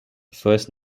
first